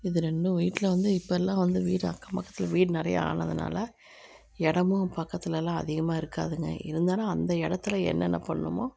இது ரெண்டும் வீட்டில் வந்து இப்போலாம் வீடு அக்கம் பக்கத்தில் வீடு நிறையா ஆனதுனால் இடமும் பக்கத்துல எல்லாம் அதிகமாக இருக்காதுங்க இருந்தாலும் அந்த இடத்துல என்னென்ன பண்ணுமோ